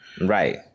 Right